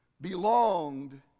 belonged